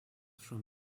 from